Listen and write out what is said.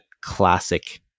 classic